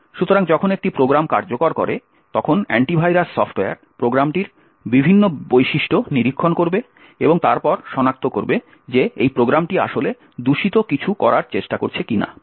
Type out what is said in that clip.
সুতরাং যখন একটি প্রোগ্রাম কার্যকর করে তখন অ্যান্টি ভাইরাস সফ্টওয়্যার প্রোগ্রামটির বিভিন্ন বৈশিষ্ট্য নিরীক্ষণ করবে এবং তারপর সনাক্ত করবে যে এই প্রোগ্রামটি আসলে দূষিত কিছু করার চেষ্টা করছে কিনা